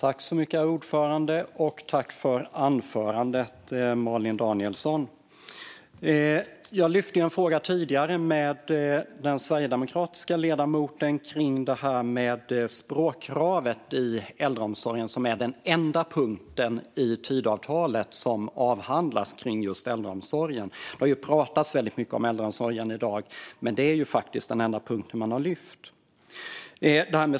Herr talman! Tack för anförandet, Malin Danielsson! Jag lyfte tidigare en fråga med den sverigedemokratiska ledamoten om språkkravet i äldreomsorgen, som är den enda punkt i Tidöavtalet som avhandlas när det gäller äldreomsorgen. Det har pratats väldigt mycket om äldreomsorg i dag, men detta är faktiskt den enda punkt man har lyft där.